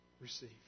receive